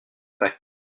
pâques